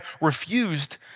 refused